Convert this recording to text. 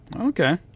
Okay